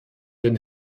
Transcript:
den